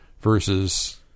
Versus